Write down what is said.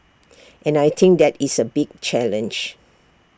and I think that is A big challenge